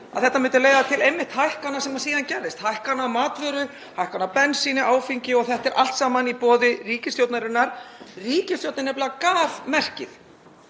að þetta myndi leiða til hækkana sem síðan gerðist, hækkana á matvöru, hækkana á bensíni, áfengi, og þetta er allt saman í boði ríkisstjórnarinnar. Ríkisstjórnin gaf nefnilega merkið